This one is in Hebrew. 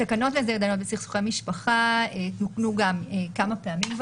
תקנות להסדר התדיינויות בסכסוכי משפחה תוקנו כמה פעמים,